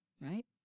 right